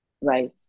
right